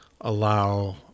allow